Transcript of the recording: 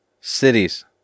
cities